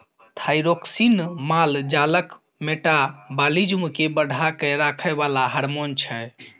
thyroxine माल जालक metabolism केँ बढ़ा कए राखय बला हार्मोन छै